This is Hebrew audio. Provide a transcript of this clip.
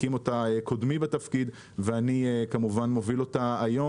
הקים אותה קודמי בתפקיד ואני מוביל אותה היום.